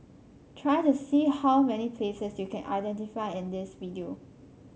try to see how many places you can identify in his video